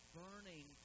burning